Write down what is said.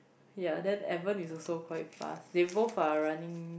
ya then Edward is also quite fast they both are running